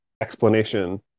explanation